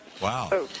Wow